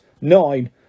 nine